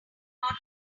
not